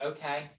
Okay